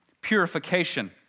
purification